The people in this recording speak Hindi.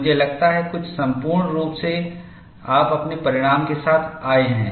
मुझे लगता है कुछ सम्पूर्ण रूप से आप अपने परिणाम के साथ आए हैं